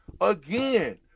Again